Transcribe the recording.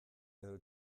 edo